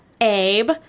Abe